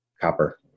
Copper